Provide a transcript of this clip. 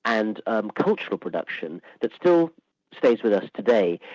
and um cultural production that still stays with us today.